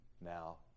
now